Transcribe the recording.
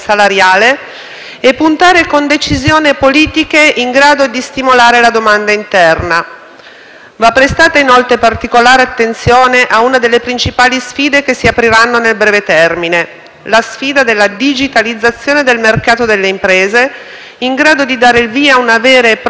Va prestata, inoltre, particolare attenzione ad una delle principali sfide che si apriranno nel breve termine: la sfida della digitalizzazione del mercato delle imprese, in grado di dare il via ad una vera e propria nuova era industriale, elemento essenziale che permetterà alle imprese italiane ed europee